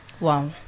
Wow